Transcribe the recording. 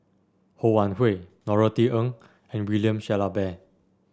Ho Wan Hui Norothy Ng and William Shellabear